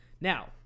Now